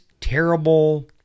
terrible